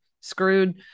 screwed